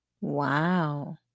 Wow